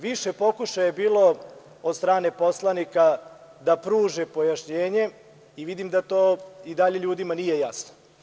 Više pokušaja je bilo od strane poslanika da pruže pojašnjenjem i vidim da to i dalje ljudima nije jasno.